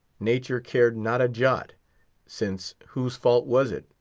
nature cared not a jot since, whose fault was it,